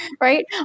right